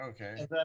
Okay